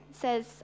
says